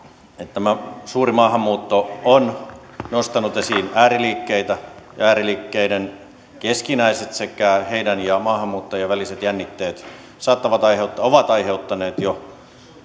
tämä suuri maahanmuutto on nostanut esiin ääriliikkeitä ja ääriliikkeiden keskinäiset sekä heidän ja maahanmuuttajien väliset jännitteet ovat aiheuttaneet jo